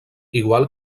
igual